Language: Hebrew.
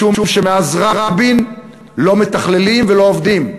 משום שמאז רבין לא מתכללים ולא עובדים.